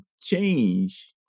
change